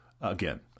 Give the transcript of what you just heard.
again